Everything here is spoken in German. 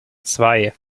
zwei